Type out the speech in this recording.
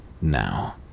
Now